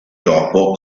dopo